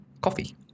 coffee